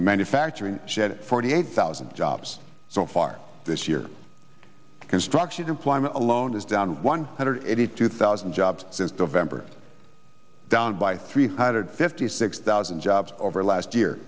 and manufacturing shed forty eight thousand jobs so far this year construction employment alone is down one hundred eighty two thousand jobs since the vampyr down by three hundred fifty six thousand jobs over last year